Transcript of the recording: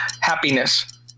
happiness